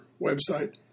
website